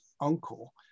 uncle